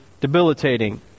debilitating